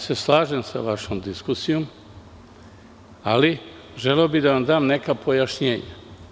Slažem se sa vašom diskusijom, ali bih želeo da vam dam neka pojašnjenja.